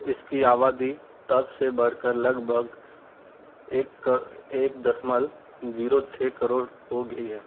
इसकी आबादी तब से बढ़कर लगभग एक एक दशमलव जीरो छः करोड़ हो गई है